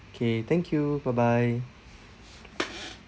K thank you bye bye